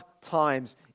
times